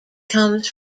comes